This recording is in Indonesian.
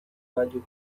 baju